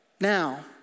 Now